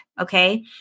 Okay